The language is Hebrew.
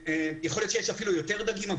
יכול להיות שיש אפילו יותר דגים,